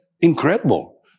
Incredible